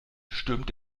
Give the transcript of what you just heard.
stürmt